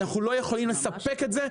אנחנו לא יכולים לספק את זה,